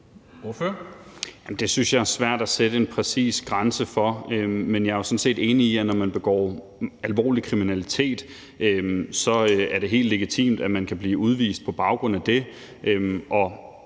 Det synes jeg er svært at sætte en præcis grænse for. Men jeg er sådan set enig i, at når man begår alvorlig kriminalitet, er det helt legitimt, at man kan blive udvist på baggrund af det.